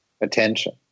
attention